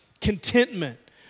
contentment